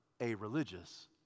a-religious